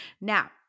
Now